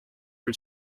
for